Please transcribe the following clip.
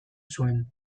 zuen